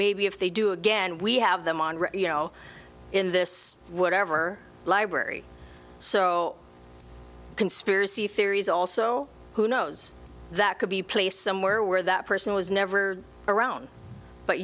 maybe if they do again we have them on you know in this whatever library so conspiracy theories also who knows that could be placed somewhere where that person was never around but